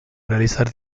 realizar